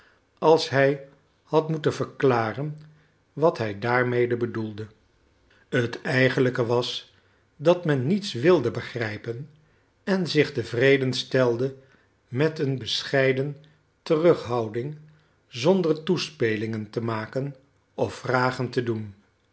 als hij had moeten verklaren wat hij daarmede bedoelde het eigenlijke was dat men niets wilde begrijpen en zich tevreden stelde met een bescheiden terughouding zonder toespelingen te maken of vragen te doen